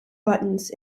buttons